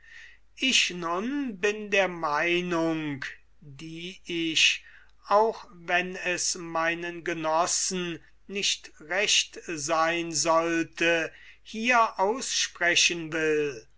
ich nun bin der meinung die ich auch wenn es meinen genossen nicht recht sein sollte hier aussprechen will